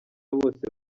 bose